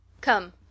Come